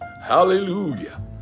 Hallelujah